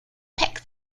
peck